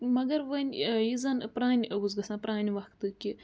مگر وۄنۍ یہِ زن پرٛانہِ اوس گَژھان پرٛانہِ وقتہٕ کہِ